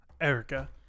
Erica